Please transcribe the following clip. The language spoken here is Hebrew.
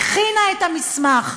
היא הכינה את המסמך.